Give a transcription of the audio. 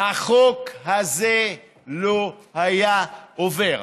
החוק הזה לא היה עובר.